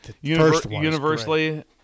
universally